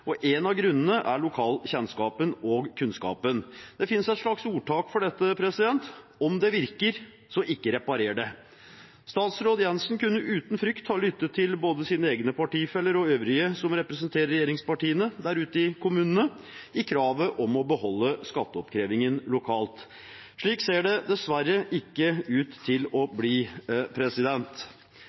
og en av grunnene er den lokale kjennskapen og kunnskapen. Det finnes et slags ordtak for dette: Om det virker, så ikke reparer det! Statsråd Jensen kunne uten frykt ha lyttet til både sine egne partifeller og øvrige som representerer regjeringspartiene der ute i kommunene, i kravet om å beholde skatteoppkrevingen lokalt. Slik ser det dessverre ikke ut til å bli.